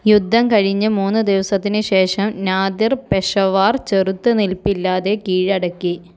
യുദ്ധം കഴിഞ്ഞ് മൂന്നുദിവസത്തിന് ശേഷം നാദിർ പെഷവാർ ചെറുത്തുനിൽപ്പില്ലാതെ കീഴടക്കി